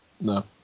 No